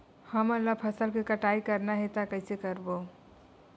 हमन ला फसल के कटाई करना हे त कइसे करबो?